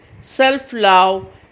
self-love